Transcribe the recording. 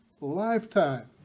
lifetime